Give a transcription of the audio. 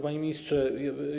Panie Ministrze!